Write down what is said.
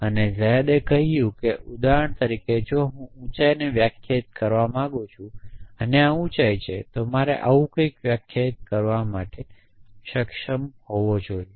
અને ઝદેહે કહ્યું કે ઉદાહરણ તરીકે જો હું ઉંચાઈને વ્યાખ્યાયિત કરવા માંગુ છું અને આ ઉંચાઈ છે તો મારે આવું કંઈક વ્યાખ્યાયિત કરવા સક્ષમ હોવું જોઈએ